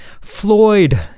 Floyd